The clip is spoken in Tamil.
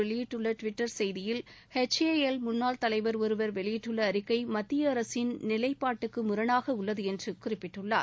வெளியிட்டுள்ள டுவிட்டர் செய்தியில் இதுகுறித்து அவர் ஹெச் ஏ எல் முன்னாள் தலைவர் ஒருவர் வெளியிட்டுள்ள அறிக்கை மத்திய அரசின் நிலைப்பாட்டுக்கு முரணாக உள்ளது என்று குறிப்பிட்டுள்ளார்